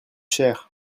cher